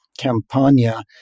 Campania